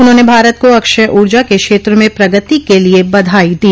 उन्होंने भारत को अक्षय ऊर्जा के क्षेत्र में प्रगति के लिए बधाई दी